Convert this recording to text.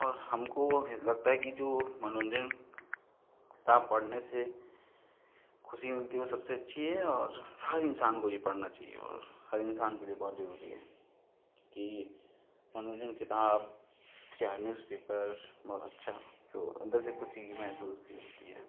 और हमको लगता है कि जो मनोरंजक ताब पढ़ने से ख़ुशी मिलती है वह सबसे अच्छी है और हर इंसान को यह पढ़ना चाहिए और हर इंसान को यह बहुत ज़रूरी है कि मनोरंजक किताब चाहे न्यूज़पेपर बहुत अच्छा है तो उधर से कुछ सीखना चाहिए